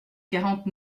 quarante